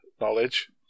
knowledge